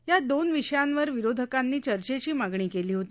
या दोन विषयांवर विरोधकांनी चर्चेची मागणी केली होती